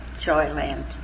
Joyland